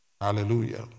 Hallelujah